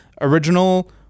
Original